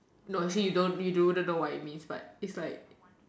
no say you don't you do even know what it means but it's like